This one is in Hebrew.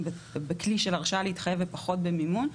בכלי של הרשאה להתחייב ופחות במימון.